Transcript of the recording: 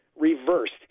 reversed